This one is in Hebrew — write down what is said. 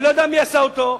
אני לא יודע מי עשה אותו.